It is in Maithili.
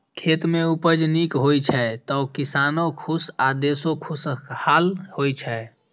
खेत मे उपज नीक होइ छै, तो किसानो खुश आ देशो खुशहाल होइ छै